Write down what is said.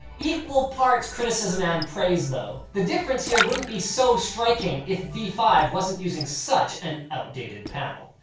equal parts criticism and praise though. the difference here wouldn't be so striking if v five wasn't using such an outdated panel.